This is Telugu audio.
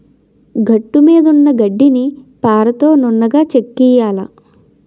గట్టుమీదున్న గడ్డిని పారతో నున్నగా చెక్కియ్యాల